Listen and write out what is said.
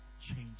change